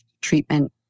treatment